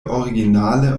originale